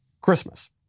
Christmas